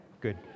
good